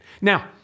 Now-